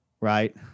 right